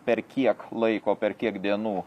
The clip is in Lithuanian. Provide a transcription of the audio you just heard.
per kiek laiko per kiek dienų